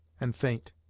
and faint.